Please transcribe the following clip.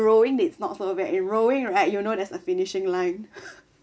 rowing is not so bad in rowing right you know there's a finishing line